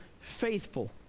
faithful